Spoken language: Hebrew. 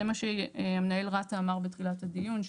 זה מה שמנהל רת"א אמר בתחילת הדיון.